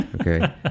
Okay